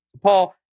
Paul